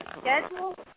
schedule